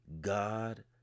God